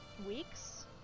weeks